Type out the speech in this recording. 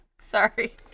sorry